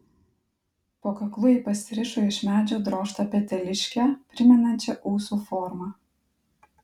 po kaklu ji pasirišo iš medžio drožtą peteliškę primenančią ūsų formą